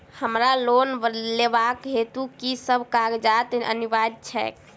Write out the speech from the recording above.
हमरा लोन लेबाक हेतु की सब कागजात अनिवार्य छैक?